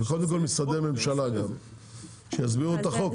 קודם כל משרדי הממשלה שיסבירו את החוק.